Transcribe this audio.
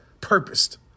purposed